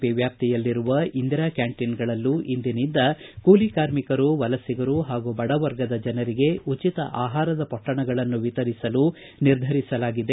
P ವ್ಯಾಪ್ತಿಯಲ್ಲಿರುವ ಇಂದಿರಾ ಕ್ಯಾಂಟೀನ್ಗಳಲ್ಲೂ ಇಂದಿನಿಂದ ಕೂಲಿ ಕಾರ್ಮಿಕರು ವಲಸಿಗರು ಹಾಗೂ ಬಡವರ್ಗದ ಜನರಿಗೆ ಉಚಿತ ಆಹಾರದ ಪೊಟ್ವಣಗಳನ್ನು ವಿತರಿಸಲು ನಿರ್ಧರಿಸಲಾಗಿದೆ